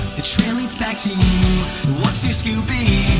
the trail leads back to you what's new scooby